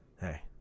hey